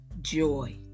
Joy